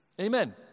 Amen